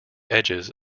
edges